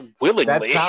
willingly